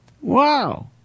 Wow